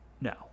No